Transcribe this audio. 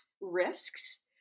risks